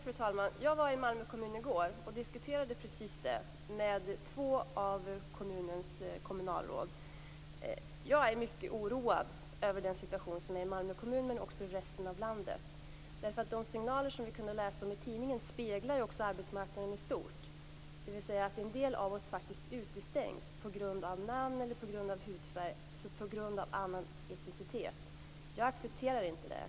Fru talman! Jag var i Malmö kommun i går och diskuterade precis denna fråga med två av kommunens kommunalråd. Jag är mycket oroad över den situation som råder i Malmö kommun, men också i resten av landet. De signaler som vi kunde läsa om i tidningen speglar också arbetsmarknaden i stort, dvs. att en del av oss faktiskt utestängs på grund av namn eller på grund av hudfärg, alltså på grund av annan etnicitet. Jag accepterar inte det.